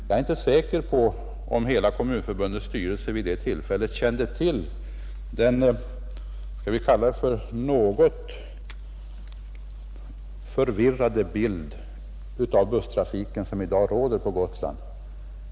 Jag är inte säker på att Kommunförbundets hela styrelse kände till den skall vi säga ”något förvirrade bild” av den busstrafik som i dag råder på Gotland.